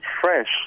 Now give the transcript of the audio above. fresh